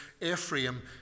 Ephraim